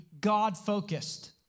God-focused